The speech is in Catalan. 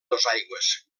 dosaigües